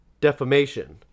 defamation